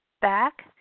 back